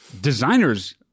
Designers